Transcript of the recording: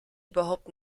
überhaupt